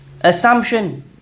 assumption